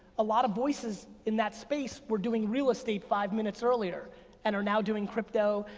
a lot of voices in that space were doing real estate five minutes earlier and are now doing crypto.